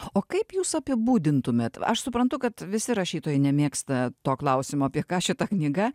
o kaip jūs apibūdintumėt aš suprantu kad visi rašytojai nemėgsta to klausimo apie ką šita knyga